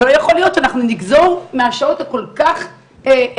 ולא יכול להיות שאנחנו נגזור מהשעות הכל כך ספורות